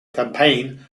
campaign